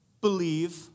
believe